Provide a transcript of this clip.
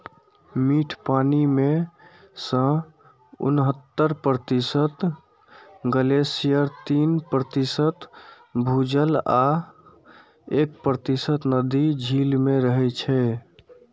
मीठ पानि मे सं उन्हतर प्रतिशत ग्लेशियर, तीस प्रतिशत भूजल आ एक प्रतिशत नदी, झील मे रहै छै